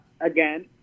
again